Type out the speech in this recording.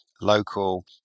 local